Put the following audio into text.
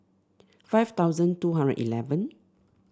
five thousand two hundred eleven